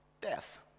death